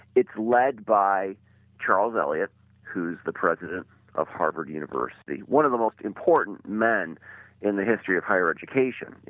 it's led by charles elliot who is the president of harvard university, one of the most important man in the history of higher education,